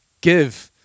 give